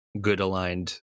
good-aligned